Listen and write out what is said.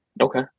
Okay